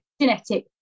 Genetic